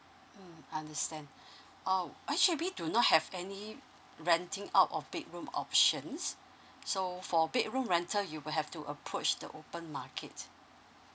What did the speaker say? mm understand ugh actually we do not have any renting out of bedroom options so for bedroom rental you will have to approach the open market